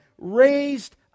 raised